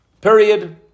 Period